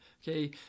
Okay